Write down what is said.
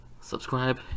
subscribe